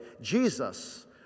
Jesus